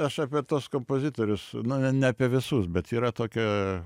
aš apie tuos kompozitorius na ne apie visus bet yra tokia